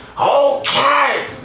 Okay